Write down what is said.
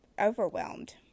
overwhelmed